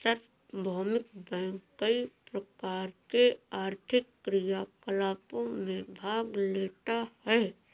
सार्वभौमिक बैंक कई प्रकार के आर्थिक क्रियाकलापों में भाग लेता है